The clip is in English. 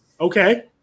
Okay